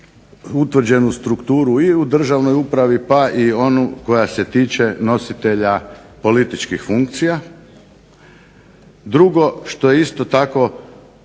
utvrđenu strukturu i u državnoj upravi pa i onu koja se tiče nositelja političkih funkcija. Drugo što je isto tako